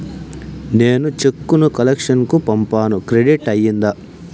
నేను చెక్కు ను కలెక్షన్ కు పంపాను క్రెడిట్ అయ్యిందా